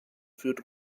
führt